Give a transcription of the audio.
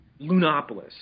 Lunopolis